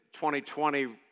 2020